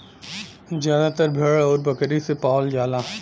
जादातर भेड़ आउर बकरी से पावल जाला